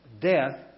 Death